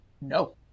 No